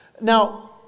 Now